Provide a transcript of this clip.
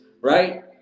Right